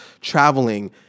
traveling